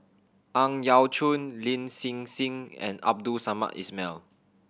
Ang Yau Choon Lin Hsin Hsin and Abdul Samad Ismail